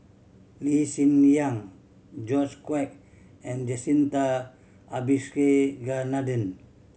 Lee Hsien Yang George Quek and Jacintha Abisheganaden